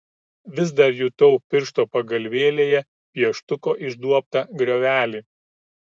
vis dar jutau piršto pagalvėlėje pieštuko išduobtą griovelį